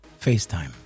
Facetime